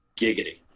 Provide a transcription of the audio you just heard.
Giggity